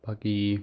बाकी